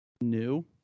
New